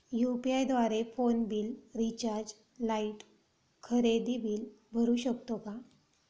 UPI द्वारे phone bill, recharge, light, खरेदी bill भरू शकतो का?